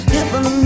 Heaven